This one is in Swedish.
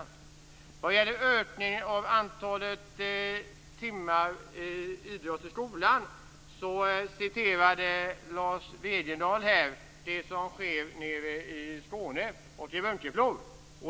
När det gäller ökningen av antalet timmar med idrott i skolan nämnde Lars Wegendal det som sker nere i Skåne och i Bunkeflo.